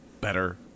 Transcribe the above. better